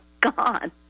gone